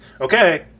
Okay